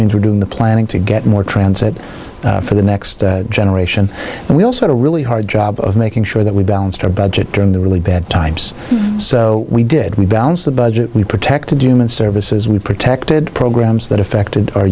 means we're doing the planning to get more transit for the next generation and we also have a really hard job of making sure that we balanced our budget during the really bad times so we did we balanced the budget we protected human services we protected programs that affected our